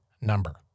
number